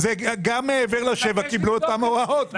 גם מעבר לשבעה קילומטר קיבלו את אותן הוראות.